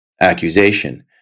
accusation